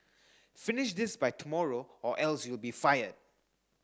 finish this by tomorrow or else you'll be fired